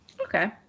Okay